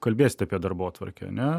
kalbėsite apie darbotvarkę ane